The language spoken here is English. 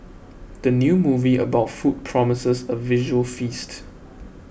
the new movie about food promises a visual feast